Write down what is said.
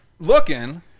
looking